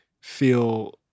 Feel